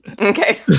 Okay